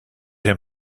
him